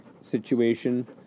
situation